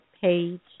page